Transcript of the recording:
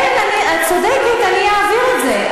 כן, את צודקת, אני אעביר את זה.